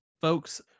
Folks